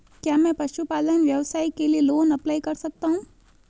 क्या मैं पशुपालन व्यवसाय के लिए लोंन अप्लाई कर सकता हूं?